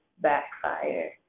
backfire